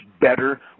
better